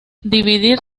dividir